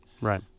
Right